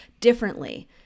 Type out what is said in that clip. differently